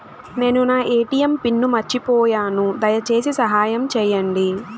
నేను నా ATM pin మర్చిపోయాను, దయచేసి సహాయం చేయండి